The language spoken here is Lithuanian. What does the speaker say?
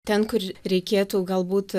ten kur reikėtų galbūt